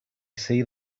see